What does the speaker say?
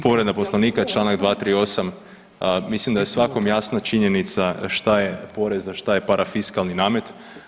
Povreda Poslovnika čl. 238. mislim da je svakom jasna činjenica šta je porez, a šta je parafiskalni namet.